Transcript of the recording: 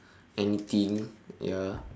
anything ya